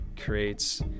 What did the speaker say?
creates